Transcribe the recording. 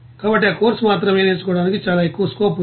కాబట్టి ఈ కోర్సు మాత్రమే నేర్చుకోవడానికి చాలా ఎక్కువ స్కోప్ ఉంది